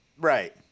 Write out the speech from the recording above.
Right